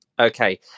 okay